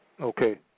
Okay